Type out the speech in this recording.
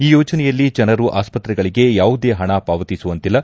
ಈ ಯೋಜನೆಯಲ್ಲಿ ಜನರು ಆಸ್ಪತ್ರೆಗಳಿಗೆ ಯಾವುದೇ ಹಣ ಪಾವತಿಸುವಂತಿಲ್ಲ